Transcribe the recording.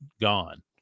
gone